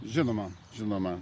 žinoma žinoma